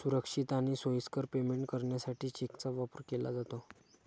सुरक्षित आणि सोयीस्कर पेमेंट करण्यासाठी चेकचा वापर केला जातो